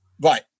Right